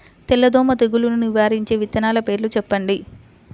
తెల్లదోమ తెగులును నివారించే విత్తనాల పేర్లు చెప్పండి?